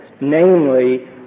namely